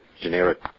generic